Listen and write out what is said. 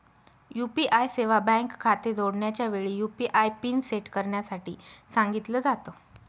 UPI सेवा bank खाते जोडण्याच्या वेळी, यु.पी.आय पिन सेट करण्यासाठी सांगितल जात